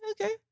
okay